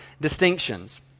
distinctions